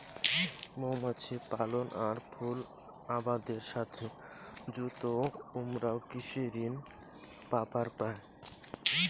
মৌমাছি পালন আর ফুল আবাদের সথে যুত উমরাও কৃষি ঋণ পাবার পায়